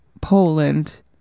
Poland